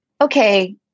okay